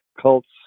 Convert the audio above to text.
cults